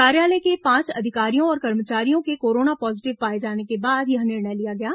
कार्यालय के पांच अधिकारियों और कर्मचारियों के कोरोना पॉजीटिव पाए जाने के बाद यह निर्णय लिया गया है